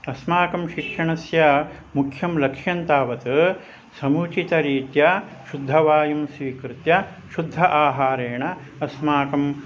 अस्माकं शिक्षणस्य मुख्यं लक्ष्यं तावत् समुचितरीत्या शुद्धवायुं स्वीकृत्य शुद्ध आहारेण अस्माकं